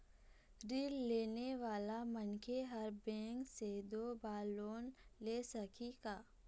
ऋण लेने वाला मनखे हर बैंक से दो बार लोन ले सकही का?